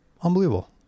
unbelievable